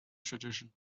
tradition